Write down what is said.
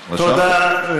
תודה.